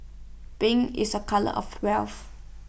pink is A colour of wealth